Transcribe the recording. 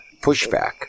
pushback